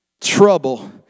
Trouble